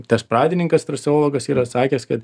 tas pradininkas trasologas yra sakęs kad